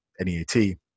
NEAT